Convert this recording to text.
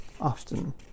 often